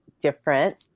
different